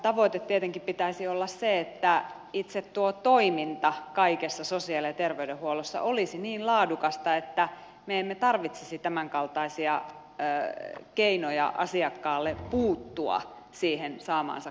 tavoitteen tietenkin pitäisi olla se että itse tuo toiminta kaikessa sosiaali ja terveydenhuollossa olisi niin laadukasta että me emme tarvitsisi tämänkaltaisia keinoja asiakkaalle puuttua siihen saamaansa kohteluun